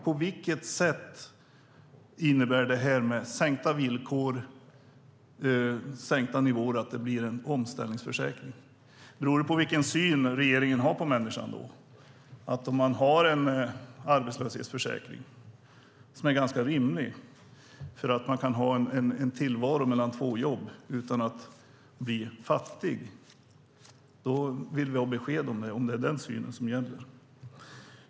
På vilket sätt innebär det här med sänkta nivåer att det blir en omställningsförsäkring? Beror det på synen som regeringen har på människan? Om man har synen att arbetslöshetsförsäkringen ska vara ganska rimlig så att det går att ha en tillvaro mellan två jobb utan att bli fattig vill vi ha besked om det.